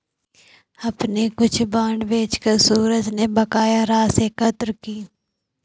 अपने कुछ बांड बेचकर सूरज ने बकाया राशि एकत्र की